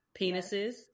penises